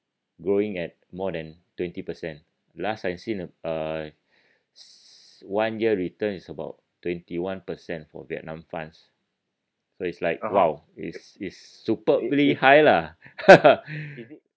growing at more than twenty percent last I've seen a s~ one year return is about twenty one percent for vietnam funds so it's like !wow! it's it's superbly high lah